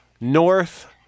North